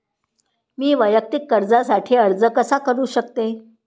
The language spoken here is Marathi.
मी वैयक्तिक कर्जासाठी अर्ज कसा करु शकते?